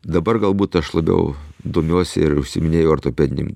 dabar galbūt aš labiau domiuosi ir užsiiminėju ortopedinėm